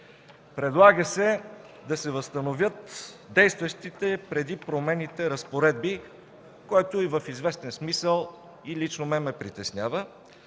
Предлага се да се възстановят действащите преди промените разпоредби, което в известен смисъл и лично мен ме притеснява,